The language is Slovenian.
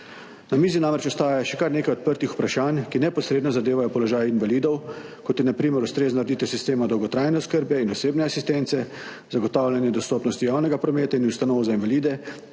Na mizi namreč ostaja še kar nekaj odprtih vprašanj, ki neposredno zadevajo položaj invalidov, kot je na primer ustrezna ureditev sistema dolgotrajne oskrbe in osebne asistence, zagotavljanje dostopnosti javnega prometa in ustanov za invalide,